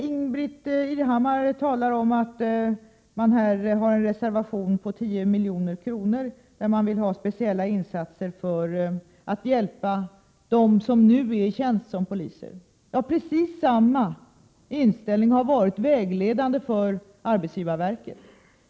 Ingbritt Irhammar talar om att man har en reservation om 10 milj.kr. till speciella insatser för att hjälpa dem som nu är i tjänst som poliser. Precis samma inställning har varit vägledande för arbetsgivarverket.